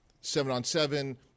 seven-on-seven